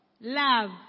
love